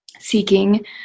seeking